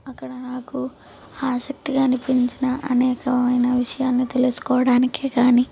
అక్కడ నాకు ఆసక్తిగా అనిపించిన అనేకమైన విషయాలని తెలుసుకోవడానికి కానీ